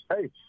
Hey